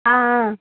ஆ ஆ